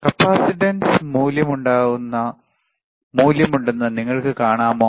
capacitance മൂല്യമുണ്ടെന്ന് നിങ്ങൾക്ക് കാണാമോ